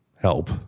help